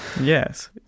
Yes